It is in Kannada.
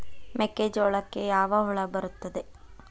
ಮೆಕ್ಕೆಜೋಳಕ್ಕೆ ಯಾವ ಹುಳ ಬರುತ್ತದೆ?